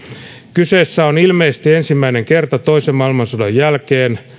kyseessä on ilmeisesti ensimmäinen kerta toisen maailmansodan jälkeen